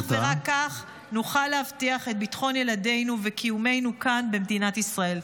כך ורק כך נוכל להבטיח את ביטחון ילדינו וקיומנו כאן במדינת ישראל.